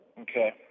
Okay